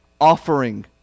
offering